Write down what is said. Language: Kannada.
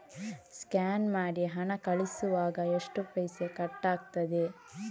ಸ್ಕ್ಯಾನ್ ಮಾಡಿ ಹಣ ಕಳಿಸುವಾಗ ಎಷ್ಟು ಪೈಸೆ ಕಟ್ಟಾಗ್ತದೆ?